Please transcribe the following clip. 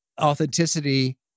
authenticity